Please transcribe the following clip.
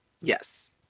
yes